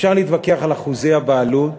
אפשר להתווכח על אחוזי הבעלות,